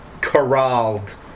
corralled